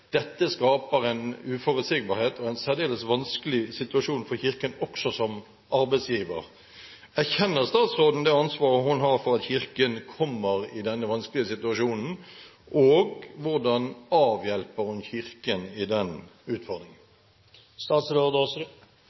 Kirken også som arbeidsgiver. Erkjenner statsråden det ansvaret hun har for at Kirken kommer i denne vanskelige situasjonen? Hvordan avhjelper hun Kirken med hensyn til den